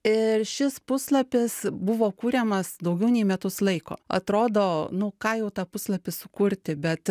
ir šis puslapis buvo kuriamas daugiau nei metus laiko atrodo nu ką jau tą puslapį sukurti bet